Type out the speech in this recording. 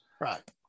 right